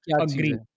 agree